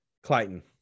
Clayton